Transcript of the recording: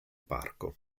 parco